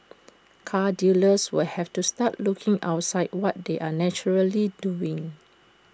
car dealers will have to start looking outside what they are naturally doing